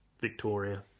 Victoria